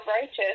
righteous